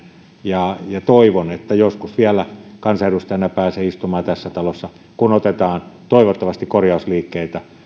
ja toivon että joskus vielä kansanedustajana pääsen istumaan tässä talossa kun otetaan toivottavasti korjausliikkeitä